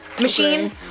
machine